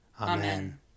Amen